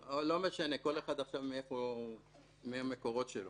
לא משנה, כל אחד יחשוב מאיפה המקורות שלו.